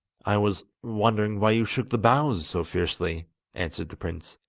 i was wondering why you shook the boughs so fiercely answered the prince.